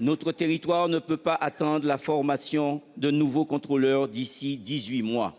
Notre territoire ne peut pas attendre la formation de nouveaux contrôleurs d'ici à